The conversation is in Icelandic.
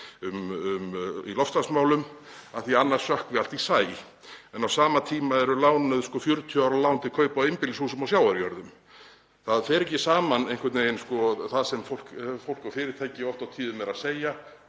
í loftslagsmálum af því að annars sökkvi allt í sæ, en á sama tíma lánar hún 40 ára lán til kaupa á einbýlishúsum á sjávarjörðum. Það fer ekki saman einhvern veginn það sem fólk og fyrirtæki oft á tíðum eru að segja